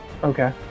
Okay